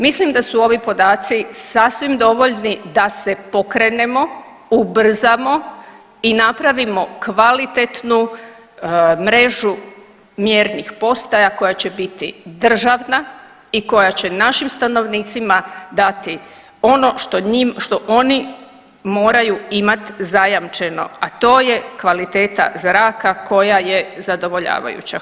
Mislim da su ovi podaci sasvim dovoljni da se pokrenemo, ubrzamo i napravimo kvalitetnu mrežu mjernih postaja koja će biti državna i koja će našim stanovnicima dati ono što njim, što oni moraju imat zajamčeno, a to je kvaliteta zraka koja je zadovoljavajuća.